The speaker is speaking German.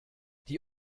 die